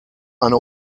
eine